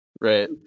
Right